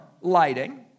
lighting